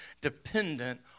dependent